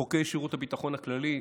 לחוקרי שירות הביטחון הכללי,